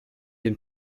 den